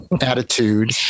attitude